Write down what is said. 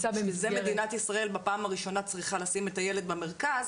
מדינת ישראל בפעם הראשונה צריכה לשים את הילד במרכז,